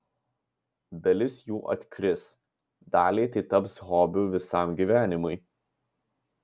dalis jų atkris daliai tai taps hobiu visam gyvenimui